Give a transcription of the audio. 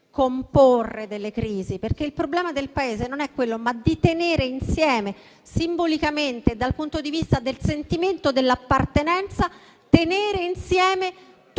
delle crisi - perché il problema del Paese non è quello - ma di tenere insieme, simbolicamente, dal punto di vista del sentimento dell'appartenenza, tutti